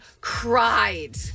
cried